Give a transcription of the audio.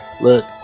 Look